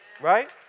Right